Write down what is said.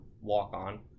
walk-on